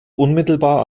unmittelbar